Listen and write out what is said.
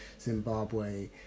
Zimbabwe